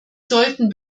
sollten